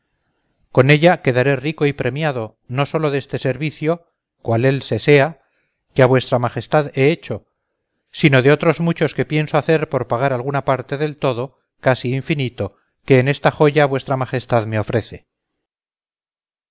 con ella quedaré rico y premiado no sólo deste servicio cual él se sea que a vuestra majestad he hecho sino de otros muchos que pienso hacer por pagar alguna parte del todo casi infinito que en esta joya vuestra majestad me ofrece